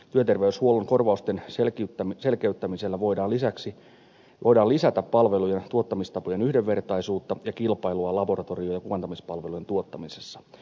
työterveyshuollon korvausten selkeyttämisellä voidaan lisätä palvelujen tuottamistapojen yhdenvertaisuutta ja kilpailua laboratorio ja kuvantamispalvelujen tuottamisessa